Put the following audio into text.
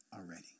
already